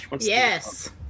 Yes